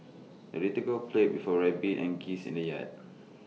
the little girl played with her rabbit and geese in the yard